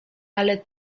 ale